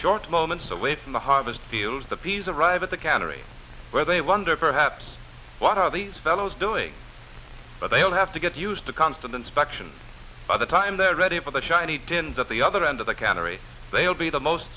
short moments away from the harvest fields the peas arrive at the cannery where they wonder perhaps what are these fellows doing but they'll have to get used to constant inspection by the time they're ready for the shiny tin that the other end of the cannery they will be the most